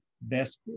best